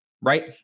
Right